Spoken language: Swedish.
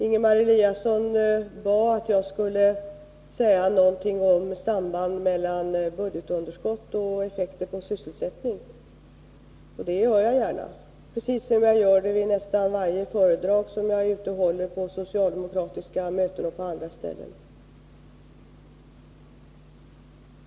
Ingemar Eliasson bad mig att säga något om sysselsättningen. Det gör jag gärna — precis som jag gör det vid nästan varje föredrag på ett socialdemokratiskt möte eller på annat håll.